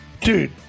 Dude